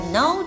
no